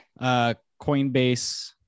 Coinbase